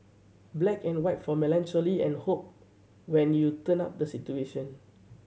black and white for melancholy and hope when you turn up the saturation